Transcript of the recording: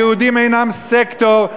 היהודים אינם סקטור.